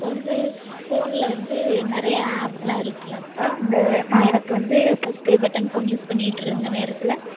இப்போ வந்து ஃபோனில் வந்து நிறையா ஆப்லாம் இருக்குனாக்க இந்த நான் எனக்கு வந்து ஃபஸ்ட் பட்டன் ஃபோன் யூஸ் பண்ணிகிட்டு இருந்த நேரத்தில்